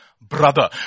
brother